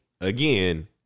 again